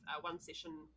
one-session